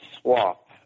swap